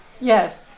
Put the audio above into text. yes